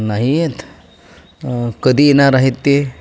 नाही आहेत कधी येणार आहेत ते